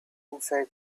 inside